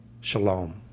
shalom